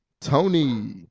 Tony